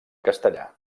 castellà